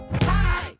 Hi